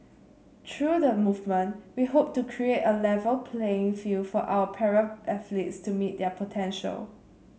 through the movement we hope to create A Level playing field for our para athletes to meet their potential